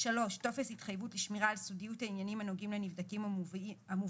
טופס התחייבות ל שמירה על סודיות העניינים הנוגעים לנבדקים המובאים